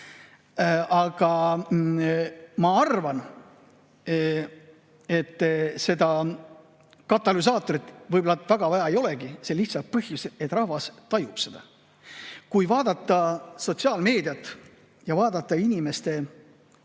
Aga ma arvan, et seda katalüsaatorit võib-olla väga vaja ei olegi sel lihtsal põhjusel, et rahvas tajub seda. Kui vaadata sotsiaalmeediat, vaadata inimeste